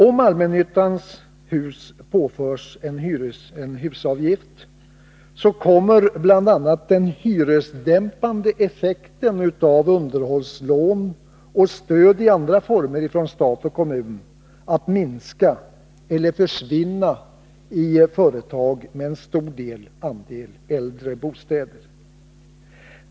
Om allmännyttans hus påförs en husavgift kommer bl.a. den hyresdämpande effekten av underhållslån och stöd i andra former från stat och kommun att minska eller försvinna i företag med en stor andel äldre bostäder.